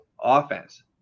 offense